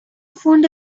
found